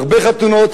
הרבה חתונות,